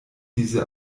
diese